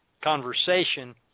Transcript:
conversation